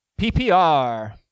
PPR